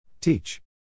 teach